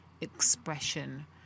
expression